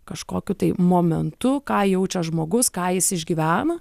kažkokiu tai momentu ką jaučia žmogus ką jis išgyvena